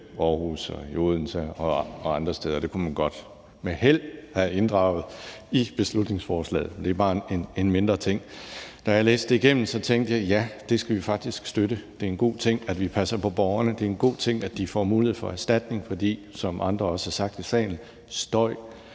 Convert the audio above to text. Aarhus, Odense og andre steder. Dem kunne man godt med held have inddraget i beslutningsforslaget. Men det er bare en mindre ting. Da jeg læste det igennem, tænkte jeg: Ja, det skal vi faktisk støtte. Det er en god ting, at vi passer på borgerne; det er en god ting, at de får mulighed for erstatning, for, som andre også har sagt i salen, støj